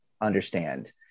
understand